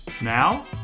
Now